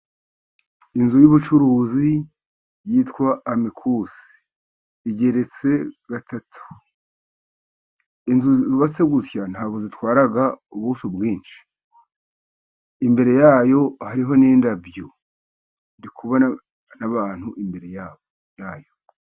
Inzu y'ubucuruzi yitwa Amikuse igeretse gatatu, inzu yubatse gutya ntabwo zitwara ubuso bwinshi, imbere y'ayo hariho n'indabyo, ndiku n'abantu imbere yabo yayo.